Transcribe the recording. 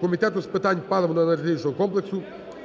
Комітету з питань паливно-енергетичного комплексу,